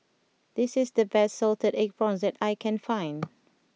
this is the best Salted Egg Prawns that I can find